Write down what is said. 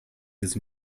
this